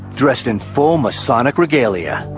dressed in full masonic regalia.